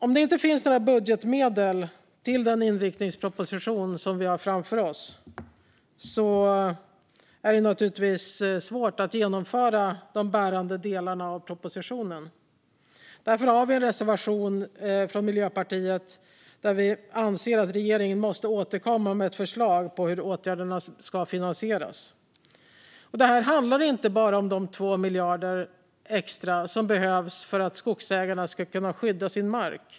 Om det inte finns några budgetmedel till den inriktningsproposition som vi har framför oss är det naturligtvis svårt att genomföra de bärande delarna av propositionen. Därför har vi en reservation från Miljöpartiet där vi anser att regeringen måste återkomma med ett förslag om hur åtgärderna ska finansieras. Det här handlar inte bara om de 2 miljarder extra som behövs för att skogsägarna ska kunna skydda sin mark.